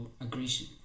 aggression